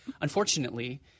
unfortunately